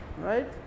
Right